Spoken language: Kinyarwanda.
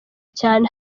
cyane